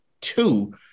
two